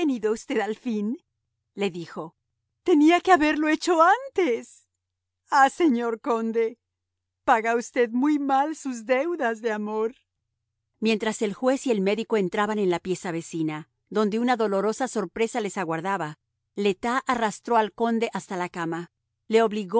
usted al fin le dijo tenía que haberlo hecho antes ah señor conde paga usted muy mal sus deudas de amor mientras el juez y el médico entraban en la pieza vecina donde una dolorosa sorpresa les aguardaba le tas arrastró al conde hasta la cama le obligó